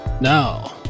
Now